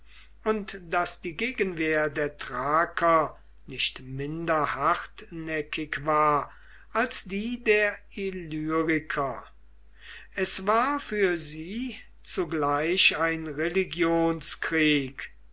und daß die gegenwehr der thraker nicht minder hartnäckig war als die der illyriker es war für sie zugleich ein